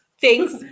Thanks